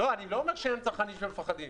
אני לא אומר שאין צרכנים שמפחדים,